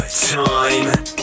Time